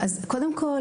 קודם כול,